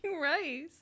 rice